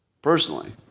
Personally